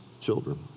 children